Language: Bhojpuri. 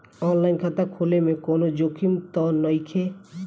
आन लाइन खाता खोले में कौनो जोखिम त नइखे?